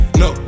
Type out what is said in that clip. no